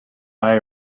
buy